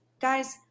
Guys